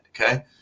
okay